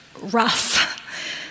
rough